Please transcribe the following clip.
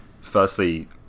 firstly